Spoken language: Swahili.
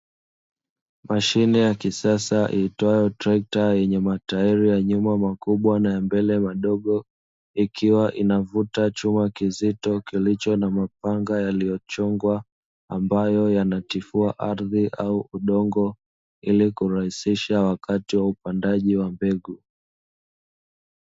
Mashine ya kisasa iitwayo trekta yenye matajiri makubwa ya nyuma na mbele madogo, ikiwa inavuta chuma kizito kilicho na mapanga yaliyochongwa ambayo yanatifua ardhi au udongo, ili kurahisisha wakati wa upandaji wa mbegu.